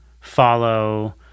follow